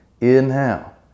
Inhale